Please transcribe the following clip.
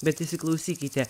bet įsiklausykite